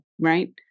right